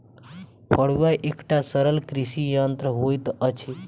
फड़ुआ एकटा सरल कृषि यंत्र होइत अछि